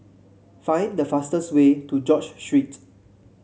find the fastest way to George Street